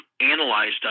analyzed